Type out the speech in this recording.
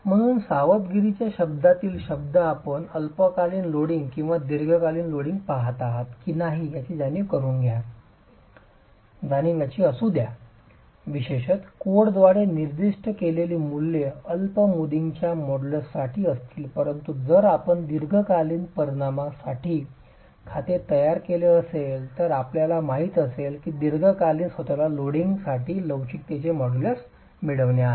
म्हणून सावधगिरीच्या शब्दातील शब्द आपण अल्पकालीन लोडिंग किंवा दीर्घकालीन लोडिंग पहात आहात की नाही याची जाणीव असू द्या विशेषत कोडद्वारे निर्दिष्ट केलेली मूल्ये अल्प मुदतीच्या मॉड्यूलससाठी असतील परंतु जर आपण दीर्घकालीन परिणामासाठी खाते तयार केले असेल तर आपल्याला माहित असेल की दीर्घकालीन स्वत ला लोडिंगसाठी लवचिकतेचे मॉड्यूलस मिळविणे आहे